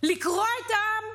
לקרוע את העם?